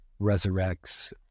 resurrects